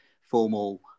formal